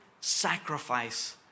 sacrifice